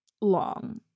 long